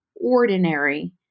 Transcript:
ordinary